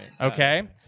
Okay